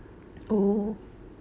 oh